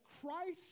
Christ